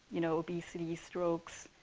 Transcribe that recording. you know, obesity, strokes,